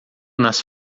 nas